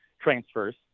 transfers